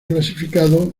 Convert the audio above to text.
clasificado